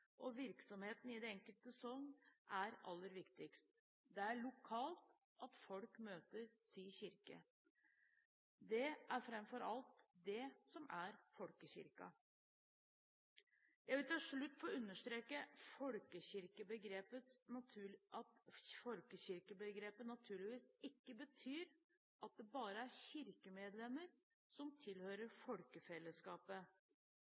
og virksomheten i det enkelte sogn er det aller viktigste. Det er lokalt at folk møter sin kirke. Det er fremfor alt det som er folkekirken. Jeg vil til slutt få understreke at folkekirkebegrepet naturligvis ikke betyr at det bare er kirkemedlemmene som